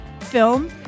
film